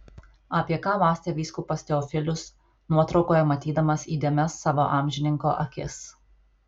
apie ką mąstė vyskupas teofilius nuotraukoje matydamas įdėmias savo amžininko akis